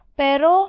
pero